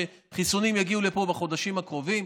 שחיסונים יגיעו לפה בחודשים הקרובים,